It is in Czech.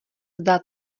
zda